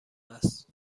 است